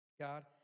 God